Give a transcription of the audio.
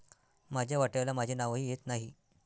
माझ्या वाट्याला माझे नावही येत नाही